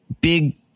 big